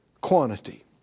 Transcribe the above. quantity